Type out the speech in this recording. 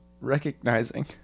recognizing